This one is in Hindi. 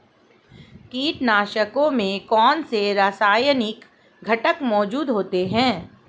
कीटनाशकों में कौनसे रासायनिक घटक मौजूद होते हैं?